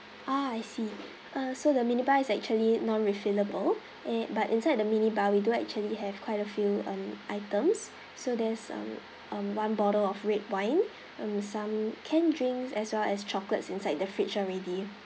ah I see uh so the mini bar is actually non refillable an~ but inside the mini bar we do actually have quite a few um items so there's um um one bottle of red wine um some canned drinks as well as chocolates inside the fridge already